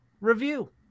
review